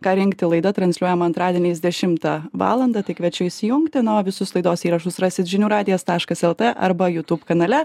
ką rinkti laida transliuojama antradieniais dešimtą valandą tai kviečiu įsijungti na o visus laidos įrašus rasit žinių radijas taškas lt arba jutūb kanale